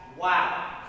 wow